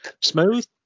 Smooth